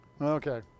Okay